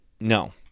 No